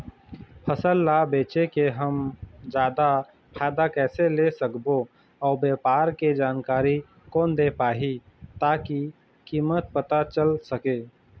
फसल ला बेचे के हम जादा फायदा कैसे ले सकबो अउ व्यापार के जानकारी कोन दे पाही ताकि कीमत पता चल सके?